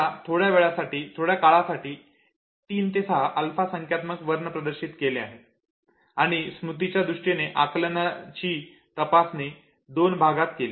आता थोड्या काळासाठी 3 ते 16 अल्फा संख्यात्मक वर्ण प्रदर्शित केले गेले होते आणि स्मृतीच्या दृष्टीने आकलनाची तपासणी दोन भागात केली